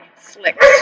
slick